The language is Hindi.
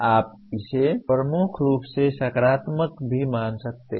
आप इसे प्रमुख रूप से सकारात्मक भी मान सकते हैं